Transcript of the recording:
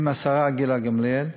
עם השרה גילה גמליאל,